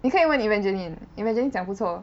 你可以问 Evangeline Evangeline 讲不错